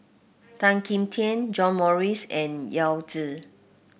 Tan Kim Tian John Morrice and Yao Zi